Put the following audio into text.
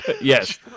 yes